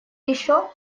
еще